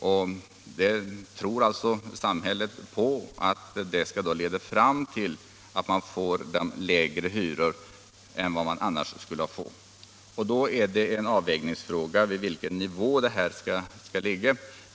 Samhället tror också på att det skall leda till lägre hyror än man annars skulle ha fått. Då är det en avvägningsfråga vid vilken nivå belåningen skall ligga.